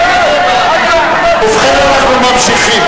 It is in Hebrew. ובכן, אנחנו ממשיכים.